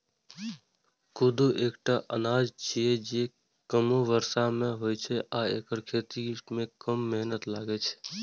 कोदो एकटा अनाज छियै, जे कमो बर्षा मे होइ छै आ एकर खेती मे कम मेहनत लागै छै